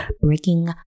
breaking